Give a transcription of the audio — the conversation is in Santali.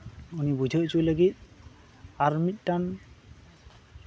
ᱩᱱᱤ ᱵᱩᱡᱷᱟᱹᱣ ᱦᱚᱪᱚᱭ ᱞᱟᱹᱜᱤᱫ ᱟᱨ ᱢᱤᱫᱴᱟᱝ